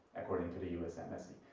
according to the u s. embassy.